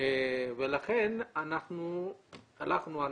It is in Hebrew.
ולכן הלכנו על